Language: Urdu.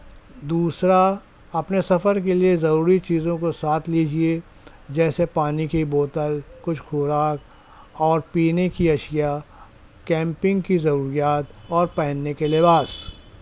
دوسرا اپنے سفر کے لیے ضروری چیزوں کو ساتھ لیجیے جیسے پانی کی بوتل کچھ خوراک اور پینے کی اشیاء کیمپنگ کی ضروریات اور پہننے کے لباس